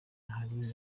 hari